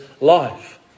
life